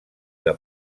que